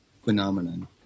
phenomenon